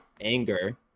anger